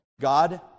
God